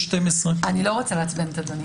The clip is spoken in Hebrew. אני לא רוצה לעצבן את אדוני.